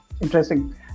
Interesting